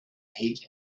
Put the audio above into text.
heat